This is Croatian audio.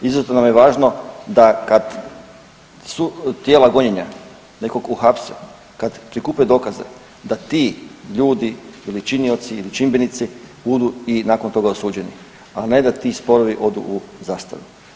Izuzetno nam je važno da kad tijela gonjenja nekog uhapse, kad prikupe dokaze, da ti ljudi ili činioci ili čimbenici budu i nakon toga osuđeni, a ne da ti sporovi odu u zastaru.